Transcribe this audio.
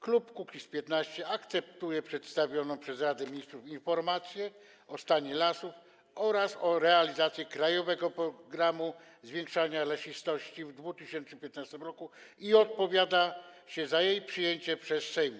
Klub Kukiz’15 akceptuje przedstawioną przez Radę Ministrów informację o stanie lasów oraz o realizacji „Krajowego programu zwiększania lesistości” w 2015 r. i odpowiada się za jej przyjęciem przez Sejm.